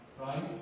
Right